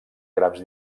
grams